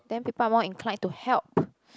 then people are more inclined to help